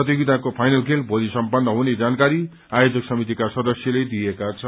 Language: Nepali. प्रतियोगिताको फाइनल खेल भोली सम्पन्न हुने जानकारी आयोजक समितिका सदस्यले दिएका छन्